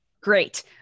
great